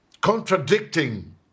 contradicting